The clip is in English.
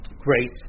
grace